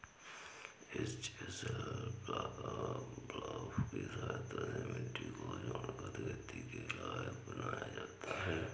इस chisel plough की सहायता से मिट्टी को कोड़कर खेती के लायक बनाया जाता है